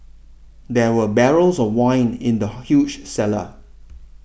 there were barrels of wine in the huge cellar